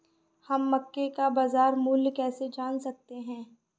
हम मक्के का बाजार मूल्य कैसे जान सकते हैं?